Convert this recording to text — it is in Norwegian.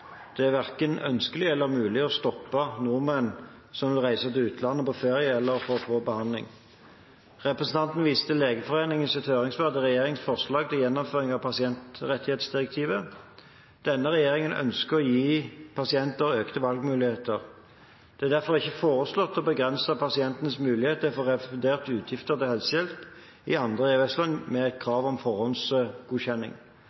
Det er verken ønskelig eller mulig å stoppe nordmenn som vil reise til utlandet på ferie eller for å få behandling. Representanten viser til Legeforeningens høringssvar til regjeringens forslag til gjennomføring av pasientrettighetsdirektivet. Denne regjeringen ønsker å gi pasienter økte valgmuligheter. Det er derfor ikke foreslått å begrense pasientenes mulighet til å få refundert utgifter til helsehjelp i andre EØS-land med et